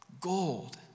Gold